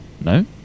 No